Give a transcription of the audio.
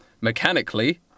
mechanically